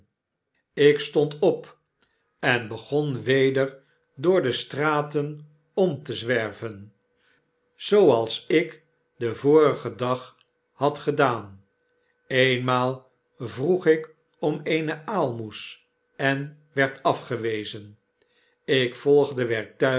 ik stond op en begon weder door de straten om te zwerven zooals ik den vorigen dag had gedaan eenmaal vroeg ik om eene aalmoes en werd afgewezen ik volgde